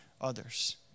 others